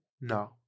No